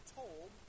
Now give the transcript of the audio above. told